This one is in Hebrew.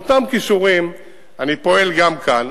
ההנחה צריכה להיות שעם אותם כישורים אני פועל גם כאן.